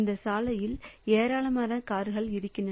இந்த சாலைஇல் ஏராளமான கார்கள் இருக்கின்றன